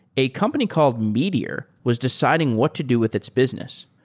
a company called meteor was deciding what to do with its business.